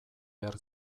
behar